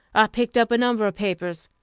i picked up a number of papers,